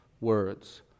words